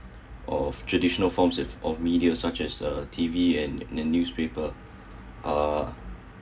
of traditional forms if of media such as uh T_V and and newspaper uh